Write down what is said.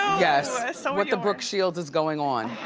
yes. what the brooke shields is going on?